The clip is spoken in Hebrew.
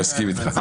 מסכים איתך.